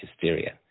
Hysteria